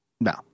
No